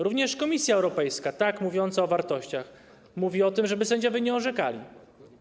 Również Komisja Europejska, tak mówiąca o wartościach, mówi o tym, żeby sędziowie nie orzekali.